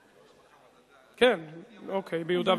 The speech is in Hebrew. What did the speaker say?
כן, אוקיי, ביהודה ושומרון.